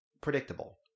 predictable